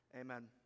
Amen